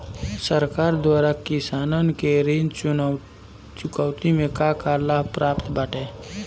सरकार द्वारा किसानन के ऋण चुकौती में का का लाभ प्राप्त बाटे?